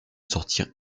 sortir